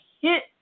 hit